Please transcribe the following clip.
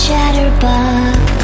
Shatterbox